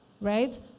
right